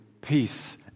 peace